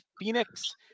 Phoenix